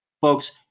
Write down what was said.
Folks